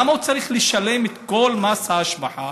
למה הוא צריך לשלם את כל מס ההשבחה?